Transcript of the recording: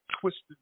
twisted